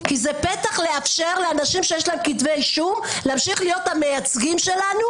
כי זה פתח לאפשר לאנשים שיש להם כתבי אישום להמשיך להיות המייצגים שלנו